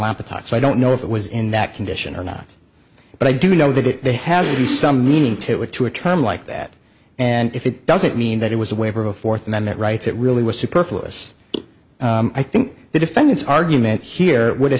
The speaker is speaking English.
laptop so i don't know if it was in that condition or not but i do know that it has some meaning to it to a term like that and if it doesn't mean that it was a way for a fourth amendment rights it really was superfluous i think the defendant's argument here w